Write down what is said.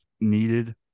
needed